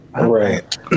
Right